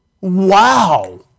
Wow